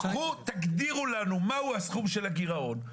תגדירו לנו מהו הסכום של הגירעון,